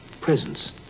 presence